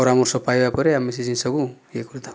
ପରାମର୍ଶ ପାଇବା ପରେ ଆମେ ସେ ଜିନିଷକୁ ଇଏ କରିଥାଉ